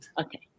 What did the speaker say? Okay